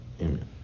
Amen